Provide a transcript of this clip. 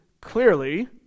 clearly